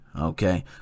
Okay